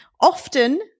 often